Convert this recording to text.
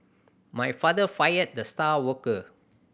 my father fired the star worker